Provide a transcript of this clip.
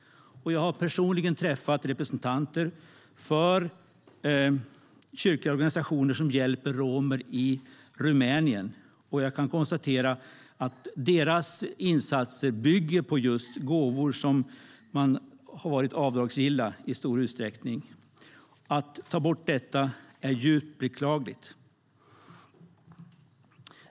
Jag har personligen träffat representanter för kyrkliga organisationer som hjälper romer i Rumänien. Jag konstaterar att deras insatser bygger på gåvor som i stor utsträckning har varit avdragsgilla. Att ta bort denna möjlighet är djupt beklagligt.